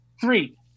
Three